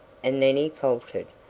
and then he faltered.